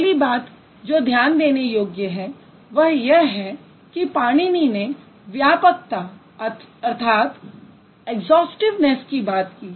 पहली बात जो ध्यान देने योग्य है वह यह है कि पाणिनी ने व्यापकता की बात की